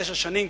תשע שנים,